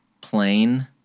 plain